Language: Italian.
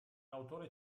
autore